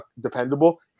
dependable